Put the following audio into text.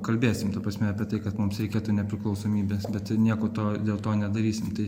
kalbėsim ta prasme apie tai kad mums reikėtų nepriklausomybės bet nieko to dėl to nedarysim tai